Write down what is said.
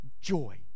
joy